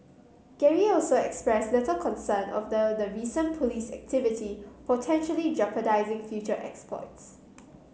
Gary also expressed little concern of the recent police activity potentially jeopardising future exploits